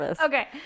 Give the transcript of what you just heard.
Okay